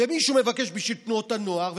ומישהו מבקש בשביל תנועות הנוער,